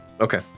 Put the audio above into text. Okay